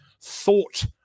thought